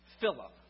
Philip